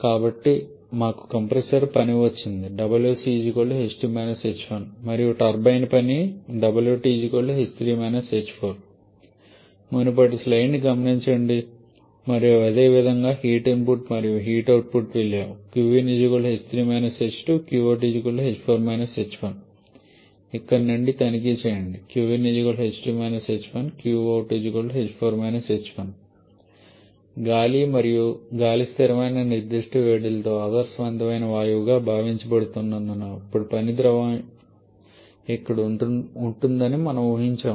కాబట్టి మాకు కంప్రెసర్ పని వచ్చింది wc h2 − h1 మరియు టర్బైన్ పని మునుపటి స్లయిడ్ ని గమనించండి మరియు అదేవిధంగా హీట్ ఇన్పుట్ మరియు హీట్ అవుట్పుట్ విలువ ఇక్కడ నుండి తనిఖీ చేయండి గాలి మరియు గాలి స్థిరమైన నిర్దిష్ట వేడిలతో ఆదర్శవంతమైన వాయువుగా భావించబడుతున్నందున ఇప్పుడు పని ద్రవం ఇక్కడ ఉంటుందని మనము ఊహించాము